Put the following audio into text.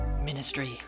Ministry